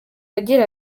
agira